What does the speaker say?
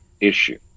issue